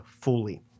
fully